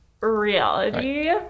reality